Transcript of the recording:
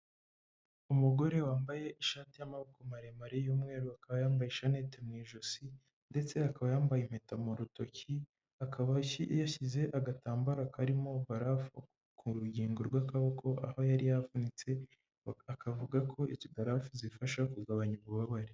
Umugore wambaye ishati y'amaboko maremare y'umweru akaba yambaye ishanete mu ijosi ndetse akaba yambaye impeta mu rutoki akaba yashyize agatambaro karimo barafu ku rugingo rw'akaboko aho yari yavunitse akavuga ko izi barafu zifasha mu kugabanya ububabare.